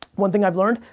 one thing i've learned,